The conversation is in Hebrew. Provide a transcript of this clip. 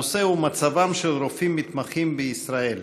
הנושא הוא: מצבם של רופאים מתמחים בישראל.